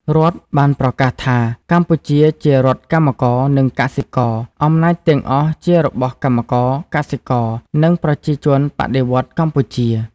រដ្ឋ បានប្រកាសថា កម្ពុជាជា រដ្ឋកម្មករ និងកសិករ។ អំណាចទាំងអស់ជារបស់កម្មករ កសិករ និងប្រជាជនបដិវត្តន៍កម្ពុជា។